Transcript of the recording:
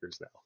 now